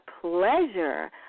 pleasure